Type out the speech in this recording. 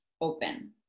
open